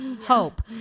hope